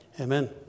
Amen